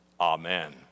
Amen